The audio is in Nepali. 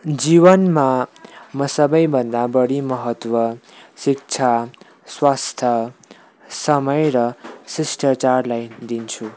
जीवनमा म सबैभन्दा बढी महत्त्व शिक्षा स्वस्थ समय र शिष्टचारलाई दिन्छु